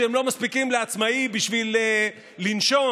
שלא מספיקים לעצמאים בשביל לנשום,